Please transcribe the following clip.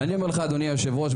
אבל אני אומר לך אדוני היושב ראש,